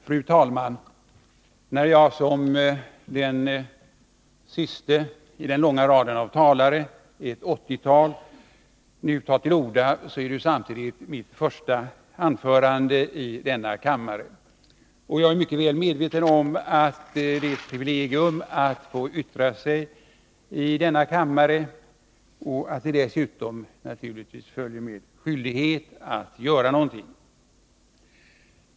Fru talman! När jag som den siste i den långa raden av talare — ett åttiotal — nu tar till orda är det samtidigt mitt första anförande i denna kammare. Jag är mycket väl medveten om att det är ett privilegium att få yttra sig här och att därmed dessutom följer en skyldighet att göra något.